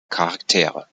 charaktere